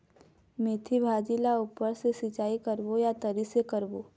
मेंथी भाजी ला ऊपर से सिचाई करबो या तरी से करबो?